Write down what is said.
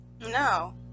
No